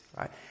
Right